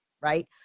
right